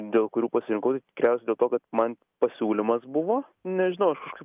dėl kurių pasirinkau tai tikriausiai dėl to kad man pasiūlymas buvo nežinau aš kažkaip